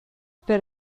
per